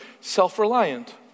self-reliant